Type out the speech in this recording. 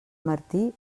martí